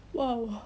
!wow!